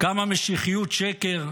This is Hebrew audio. כמה משיחיות שקר,